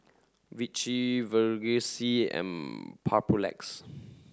Vichy Vagisil and Papulex